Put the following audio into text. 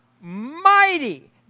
Mighty